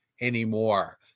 anymore